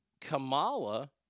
Kamala